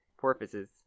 Porpoises